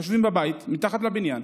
יושבים בבית, מתחת לבניין,